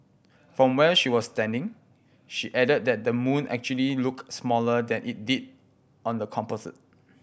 from where she was standing she added that the moon actually looked smaller than it did on the composite